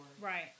Right